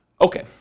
Okay